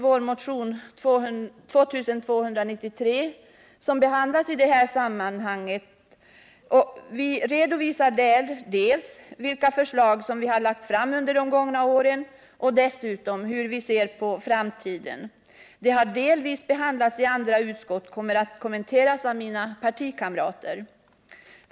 Vår motion nr 2293, som behandlas i detta sammanhang, redovisar dels vilka förslag vi har lagt fram under de gångna åren, dels hur vi ser på framtiden. Motionen har delvis behandlats i ett annat utskott och kommer också att kommenteras av mina partikamrater där.